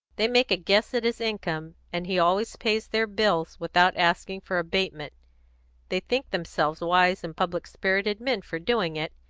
they make a guess at his income, and he always pays their bills without asking for abatement they think themselves wise and public-spirited men for doing it,